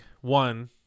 one